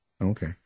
Okay